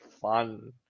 fun